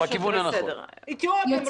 אתיופים,